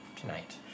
tonight